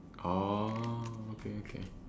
oh okay okay